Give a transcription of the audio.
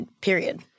period